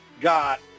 got